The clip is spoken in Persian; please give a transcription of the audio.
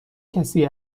کسی